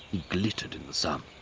he glittered in the sun,